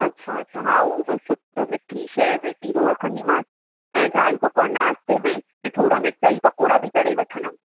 अच्छा अच्छा हा हा उहो बसि मिठी शइ में सीरो रखन्दीमांसि ऐं दाल पकवान नास्ते में ऐं थोरा मिर्चाई पकोड़ा बि तरे वठंदमि